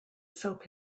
soap